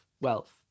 wealth